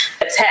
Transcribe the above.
attack